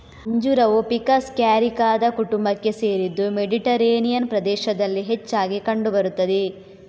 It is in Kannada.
ಅಂಜೂರವು ಫಿಕಸ್ ಕ್ಯಾರಿಕಾದ ಕುಟುಂಬಕ್ಕೆ ಸೇರಿದ್ದು ಮೆಡಿಟೇರಿಯನ್ ಪ್ರದೇಶದಲ್ಲಿ ಹೆಚ್ಚಾಗಿ ಕಂಡು ಬರುತ್ತದೆ